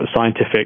scientific